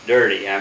Dirty